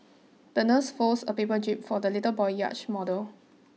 the nurse folded a paper jib for the little boy's yacht model